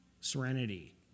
serenity